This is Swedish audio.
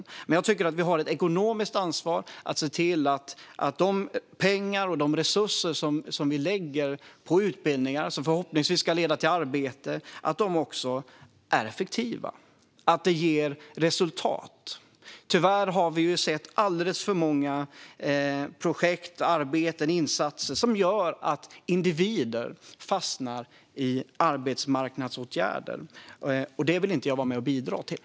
Jag tycker dock att vi har ett ekonomiskt ansvar att se till att de pengar och resurser som vi lägger på utbildningar som förhoppningsvis ska leda till arbete är effektiva. Det måste ge resultat. Tyvärr har vi sett alldeles för många projekt, arbeten och insatser som gör att individer fastnar i arbetsmarknadsåtgärder. Det vill jag inte bidra till.